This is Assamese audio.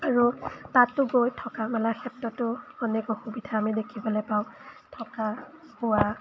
আৰু তাতো গৈ থকা মেলাৰ ক্ষেত্ৰতো অনেক অসুবিধা আমি দেখিবলৈ পাওঁ থকা শোৱা